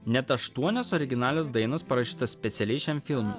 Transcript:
net aštuonios originalios dainos parašytos specialiai šiam filmui